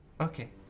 Okay